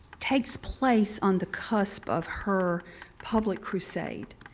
takes place on the cusp of her public crusade.